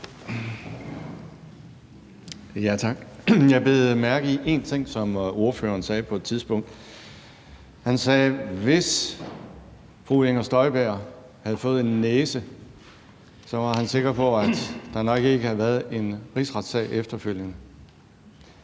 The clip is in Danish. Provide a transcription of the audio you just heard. Jeg bed mærke i en ting, som ordføreren sagde på et tidspunkt. Han sagde: Hvis fru Inger Støjberg havde fået en næse, var han sikker på, at der nok ikke havde været en rigsretssag efterfølgende.